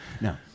No